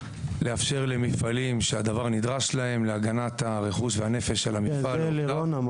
לאפשר למפעלים שהדבר נדרש להם להגנת הרכוש והנפש של המפעל --- לירון,